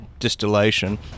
distillation